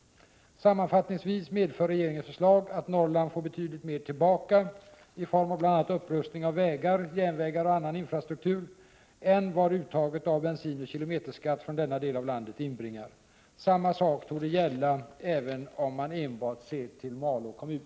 Sammanfattningsvis medför regeringens förslag att Norrland får betydligt mer tillbaka i form av bl.a. upprustning av vägar, järnvägar och annan infrastruktur än vad uttaget av bensinoch kilometerskatt från denna del av landet inbringar. Samma sak torde gälla även om man ser enbart till Malå kommun.